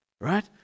Right